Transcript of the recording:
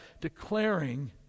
declaring